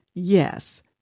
Yes